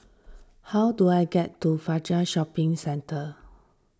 how do I get to Fajar Shopping Centre